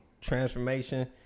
transformation